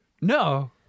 no